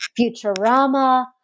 Futurama